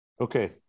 Okay